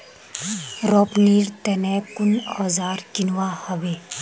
रोपनीर तने कुन औजार किनवा हबे